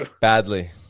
badly